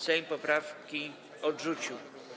Sejm poprawki odrzucił.